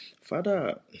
Father